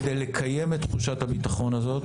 כדי לקיים את תחושת הביטחון הזאת,